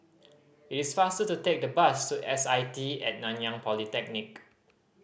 it is faster to take the bus to S I T At Nanyang Polytechnic